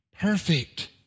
perfect